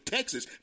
Texas